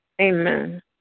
Amen